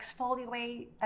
exfoliate